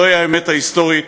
זוהי האמת ההיסטורית,